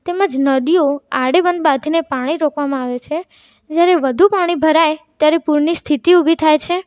તેમજ નદીઓ આડે બંધ બાંધીને પાણી રોકવામાં આવે છે જ્યારે વધુ પાણી ભરાય ત્યારે પૂરની સ્થિતિ ઊભી થાય છે